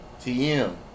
TM